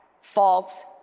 false